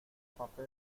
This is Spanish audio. parte